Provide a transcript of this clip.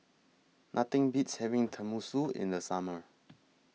Nothing Beats having Tenmusu in The Summer